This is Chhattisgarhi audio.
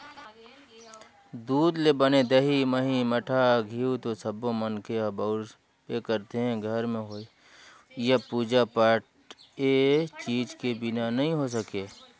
दूद ले बने दही, मही, मठा, घींव तो सब्बो मनखे ह बउरबे करथे, घर में होवईया पूजा पाठ ए चीज के बिना नइ हो सके